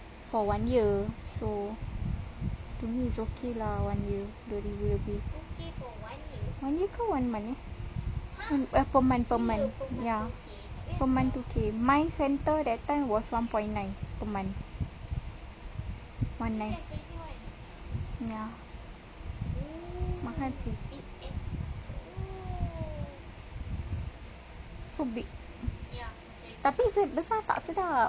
for one year so to me is okay lah one year dua ribu lebih ya one year ke one month eh eh per month per month ya per month two K my centre that time was one point nine per month one nine mahal so big tapi is a besar tak sedap